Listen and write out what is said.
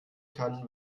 kann